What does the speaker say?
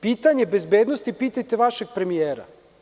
Pitanje bezbednosti pitajte vašeg premijera.